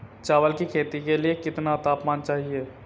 चावल की खेती के लिए कितना तापमान चाहिए?